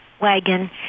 wagon